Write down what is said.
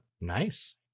nice